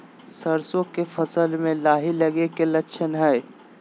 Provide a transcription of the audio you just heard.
सरसों के फसल में लाही लगे कि लक्षण हय?